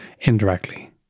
indirectly